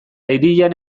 hirian